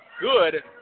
good